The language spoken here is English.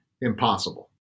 impossible